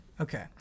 Okay